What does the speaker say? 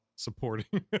supporting